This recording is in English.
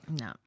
No